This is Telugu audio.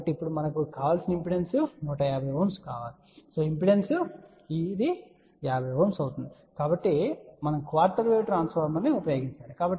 కాబట్టి ఇప్పుడు మనకు కావలసిన ఇంపిడెన్స్ 150 Ω కావాలి ఈ ఇంపిడెన్స్ 50 Ω కాబట్టి మనం క్వార్టర్ వేవ్ ట్రాన్స్ఫార్మర్ను ఉపయోగించాలి